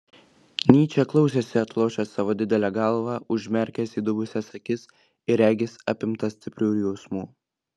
nyčė klausėsi atlošęs savo didelę galvą užmerkęs įdubusias akis ir regis apimtas stiprių jausmų